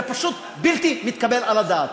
זה פשוט בלתי מתקבל על הדעת,